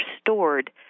stored